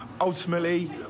ultimately